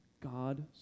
God